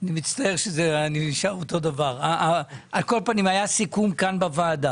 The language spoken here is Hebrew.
היה סיכום כאן בוועדה.